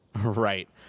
Right